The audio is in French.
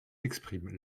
expriment